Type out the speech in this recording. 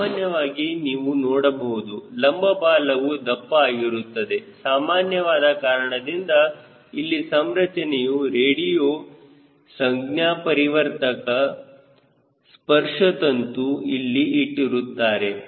ಸಾಮಾನ್ಯವಾಗಿ ನೀವು ನೋಡಬಹುದು ಲಂಬ ಬಾಲವು ದಪ್ಪ ಆಗಿರುತ್ತದೆ ಸಾಮಾನ್ಯವಾದ ಕಾರಣದಿಂದ ಇಲ್ಲಿ ಸಂಚರಣೆಯ ರೇಡಿಯೋ ಸಂಜ್ಞಾಪರಿವರ್ತಕ ಸ್ಪರ್ಶತಂತು ಇಲ್ಲಿ ಇಟ್ಟಿರುತ್ತಾರೆ